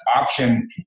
option